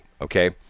Okay